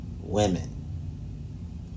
women